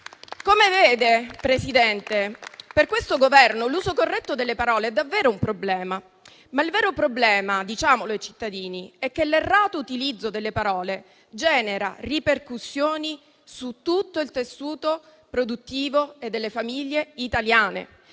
Come vede, Presidente, per questo Governo l'uso corretto delle parole è davvero un problema. Ma il vero problema - diciamolo ai cittadini - è che l'errato utilizzo delle parole genera ripercussioni su tutto il tessuto produttivo e delle famiglie italiane.